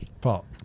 Paul